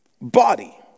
body